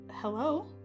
Hello